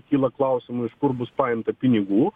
kyla klausimų iš kur bus paimta pinigų